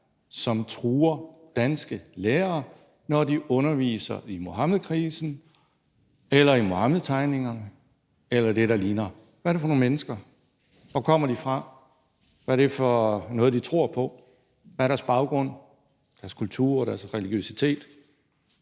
som truer danske lærere, når de underviser i Muhammedkrisen eller i Muhammedtegningerne eller det, der ligner? Hvad er det for nogle mennesker? Hvor kommer de fra? Hvad er det for noget, de tror på? Hvad er deres baggrund, deres kultur og deres religiøsitet?